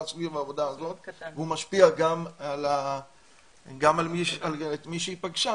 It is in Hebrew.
סביב העבודה הזאת והוא משפיע גם על מי שהיא פגשה.